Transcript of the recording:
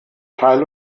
teile